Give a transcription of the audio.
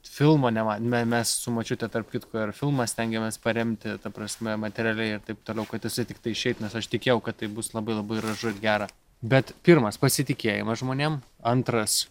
filmo nema me mes su močiute tarp kitko ir filmą stengiamės paremti ta prasme materialiai ir taip toliau kad isai tiktai išeit nes aš tikėjau kad tai bus labai labai ražu ir gera bet pirmas pasitikėjimas žmonėm antras